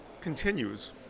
continues